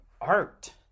art